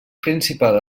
principal